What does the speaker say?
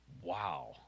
wow